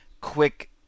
quick